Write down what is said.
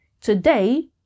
Today